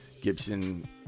Gibson